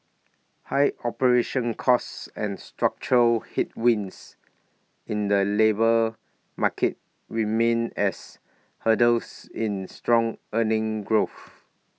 high operation costs and structural headwinds in the labour market remain as hurdles in strong earning growth